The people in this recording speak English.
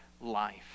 life